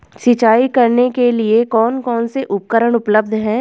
सिंचाई करने के लिए कौन कौन से उपकरण उपलब्ध हैं?